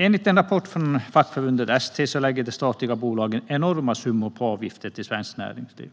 Enligt en rapport från fackförbundet ST lägger de statliga bolagen enorma summor på avgifter till Svenskt Näringsliv.